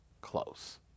close